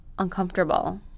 uncomfortable